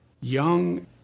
young